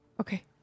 Okay